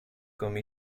comme